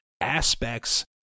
aspects